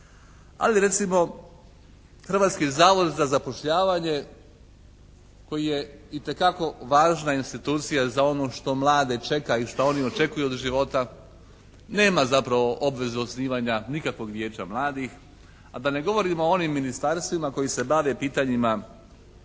ali recimo Hrvatski zavod za zapošljavanje koji je itekako važna institucija za ono što mlade čeka i što oni očekuju od života nema zapravo obvezu osnivanja nikakvog vijeća mladih a da ne govorimo o onim ministarstvima koji se bave pitanjima